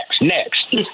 next